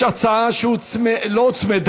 יש הצעה דומה,